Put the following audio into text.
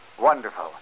Wonderful